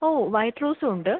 ഓ white റോസൂണ്ട്